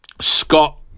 Scott